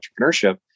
entrepreneurship